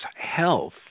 health